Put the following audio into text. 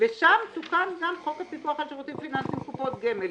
ושם תוקן גם חוק הפיקוח על שירותים פיננסיים קופות גמל,